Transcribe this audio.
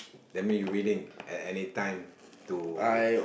that mean you willing at any time to